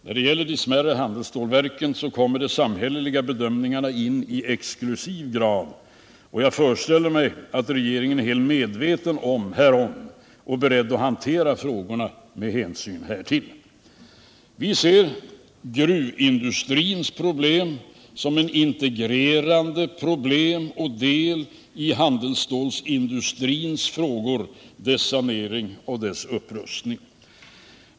När det gäller de smärre handelsstålverken kommer de samhälleliga bedömningarna in i exklusiv grad, och jag föreställer mig att regeringen är helt medveten härom och är beredd att hantera frågorna med hänsyn härtill. Vi ser gruvindustrins problem som ett integrerande problem med handelsstålsindustrins sanering och upprustning.